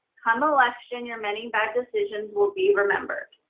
come election your many bad decisions will be remembered.